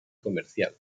comercial